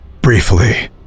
Briefly